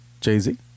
jay-z